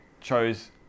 chose